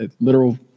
literal